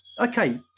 okay